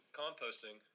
composting